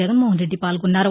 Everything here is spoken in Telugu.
జగన్మోహన్ రెడ్డి పాల్గొన్నారు